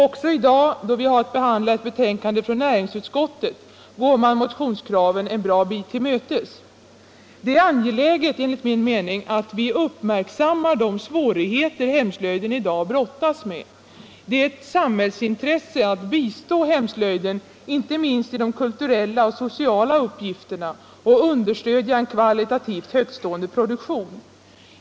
Även i dag, då vi har att behandla ett betänkande från näringsutskottet, går man motionskraven en bra bit till mötes. Det är angeläget enligt min mening att vi uppmärksammar de svårigheter hemslöjden i dag brottas med. Det är ett samhällsintresse att bistå hemslöjden inte minst i de kulturella och sociala uppgifterna och att understödja en kvalitativt högtstående produktion.